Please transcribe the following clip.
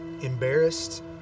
embarrassed